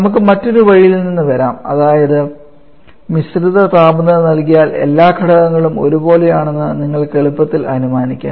നമുക്ക് മറ്റൊരു വഴിയിൽ നിന്ന് വരാം അതായത് മിശ്രിത താപനില നൽകിയാൽ എല്ലാ ഘടകങ്ങളും ഒരേപോലെയാണെന്ന് നിങ്ങൾക്ക് എളുപ്പത്തിൽ അനുമാനിക്കാം